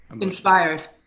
Inspired